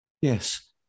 Yes